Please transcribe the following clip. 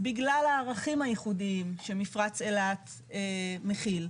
בגלל הערכים הייחודיים שמפרץ אילת מכיל,